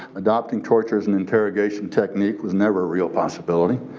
adopting torture as an interrogation technique was never a real possibility.